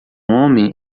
homem